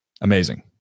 amazing